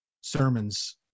sermons